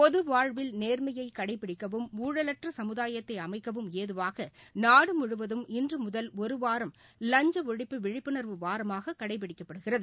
பொதுவாழ்வில் நேர்மையைகடைபிடிக்கவும் ஊழலற்றசமுதாயத்தைஅமைக்கவும் ஏதுவாகநாடுமுழுவதும் இன்றுமுதல் ஒருவாரம் லஞ்சலழிப்பு விழிப்புணர்வு வாரமாககடைபிடிக்கப்படுகிறது